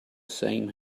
same